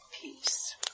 peace